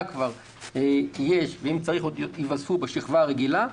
כבר יש ואם צריך עוד ייווספו בשכבה הרגילה,